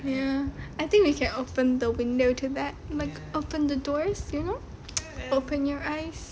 ya I think we can open the window to that like open the doors you know open your eyes